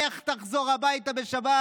איך תחזור הביתה בשבת?